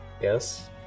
Yes